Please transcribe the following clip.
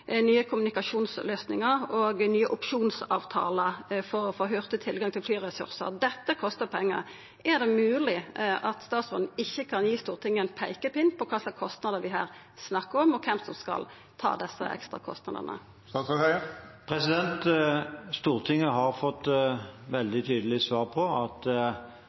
nye kommunikasjonsløysingar og nye opsjonsavtalar for å få hurtig tilgang til flyresursar. Dette kostar pengar. Er det mogleg at statsråden ikkje kan gi Stortinget ein peikepinn på kva slags kostnader vi her snakkar om, og kven som skal ta desse ekstra kostnadene? Stortinget har fått veldig tydelige svar på at